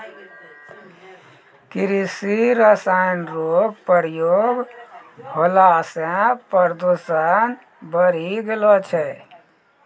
कृषि रसायन रो प्रयोग होला से प्रदूषण बढ़ी गेलो छै